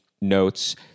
notes